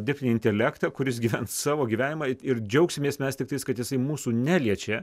dirbtinį intelektą kuris gyvens savo gyvenimą ir džiaugsimės mes tiktai kad jisai mūsų neliečia